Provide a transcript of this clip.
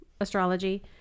astrology